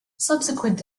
subsequent